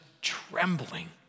trembling